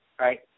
right